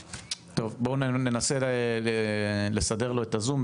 טוב, בואו ננסה לסדר לו את הזום.